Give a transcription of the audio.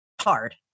hard